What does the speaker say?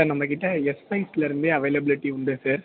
sir நம்பக்கிட்ட S சைஸ்லிருந்தே availability உண்டு சார்